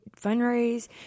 fundraise